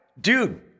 Dude